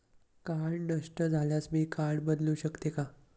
Card नष्ट झाल्यास मी कार्ड बदलू शकते का?